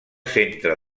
centre